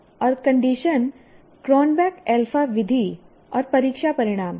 और condition Cronbach alpha विधि और परीक्षा परिणाम हैं